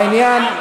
העניין,